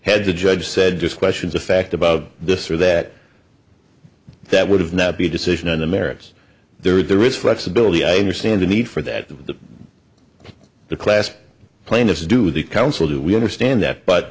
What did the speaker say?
the judge said just questions of fact about this or that that would have not be a decision on the merits there is flexibility i understand the need for that to the class plaintiffs do the council do we understand that but